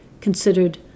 considered